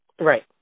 Right